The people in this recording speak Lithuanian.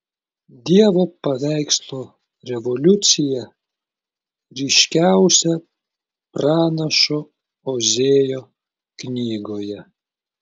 dievo paveikslo revoliucija ryškiausia pranašo ozėjo knygoje